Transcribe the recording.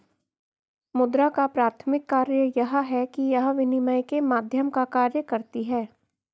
मुद्रा का प्राथमिक कार्य यह है कि यह विनिमय के माध्यम का कार्य करती है